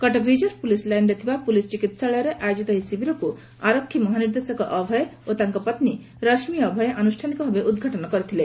Cuttack reserve police ଲାଇନ୍ରେ ଥିବା police ଚିକିସାଳୟରେ ଆୟୋଜିତ ଏହି ଶିବିରକୁ ଆରକ୍ଷୀ ମହାନିର୍ଦ୍ଦେଶକ ଅଭୟ ଓ ତାଙ୍କ ପତ୍ତୀ ରଶ୍ନୀ ଅଭୟ ଆନୁଷ୍ଠାନିକ ଭାବେ ଉଦ୍ଘାଟନ କରିଥିଲେ